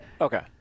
Okay